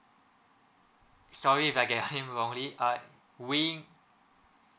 sorry if I get your name wrongly uh wing